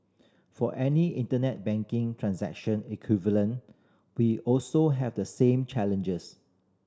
for any Internet banking transaction equivalent we also have the same challenges